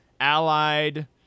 Allied